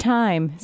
time